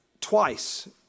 twice